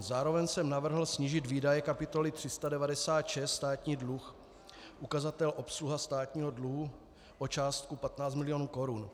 Zároveň jsem navrhl snížit výdaje kapitoly 396 Státní dluh, ukazatel obsluha státního dluhu, o částku 15 milionů korun.